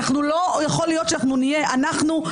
לא יכול להיות שאנחנו נהיה אנחנו,